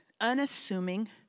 unassuming